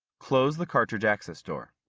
close the cartridge access door.